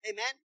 Amen